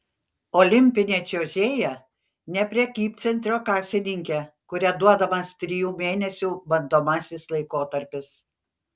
olimpinė čiuožėja ne prekybcentrio kasininkė kuria duodamas trijų mėnesių bandomasis laikotarpis